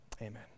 Amen